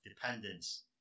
dependence